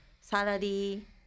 salary